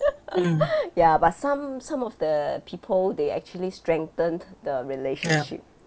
ya but some some of the people they actually strengthened the relationship